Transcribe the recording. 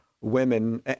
women